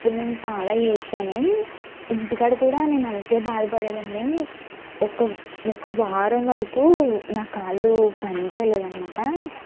అప్పుడు నేను చాలా ఏడ్చాను ఇంటి కాడ కూడా నేను అలానే బాధ పడే దాన్ని ఒక ఒక వారం వరకు నా కాళ్ళు పనిచేయలేదు అనమాట